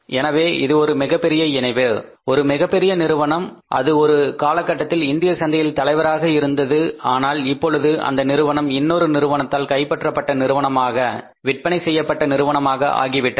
எனவே இது ஒரு மிகப்பெரிய இணைவு ஒரு மிகப்பெரிய நிறுவனம் அது ஒரு காலத்தில் இந்திய சந்தையில் தலைவராக இருந்தது ஆனால் இப்பொழுது அந்த நிறுவனம் இன்னொரு நிறுவனத்தால் கைப்பற்றப்பட்ட நிறுவனமாக விற்பனை செய்யப்பட்ட நிறுவனமாக ஆகிவிட்டது